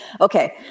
okay